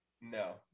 No